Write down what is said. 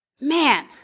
Man